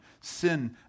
sin